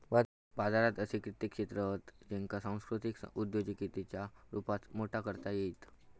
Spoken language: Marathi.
बाजारात असे कित्येक क्षेत्र हत ज्येंका सांस्कृतिक उद्योजिकतेच्या रुपात मोठा करता येईत